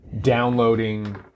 downloading